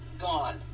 gone